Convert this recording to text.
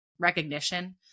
recognition